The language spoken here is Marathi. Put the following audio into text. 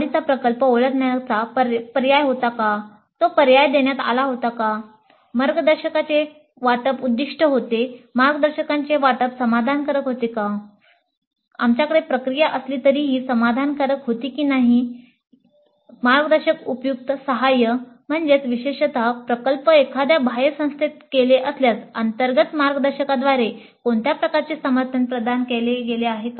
" "मार्गदर्शकाकडून उपयुक्त सहाय्य" विशेषत प्रकल्प एखाद्या बाह्य संस्थेत केले असल्यास अंतर्गत मार्गदर्शकाद्वारे कोणत्या प्रकारचे समर्थन प्रदान केले गेले आहे